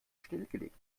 stillgelegt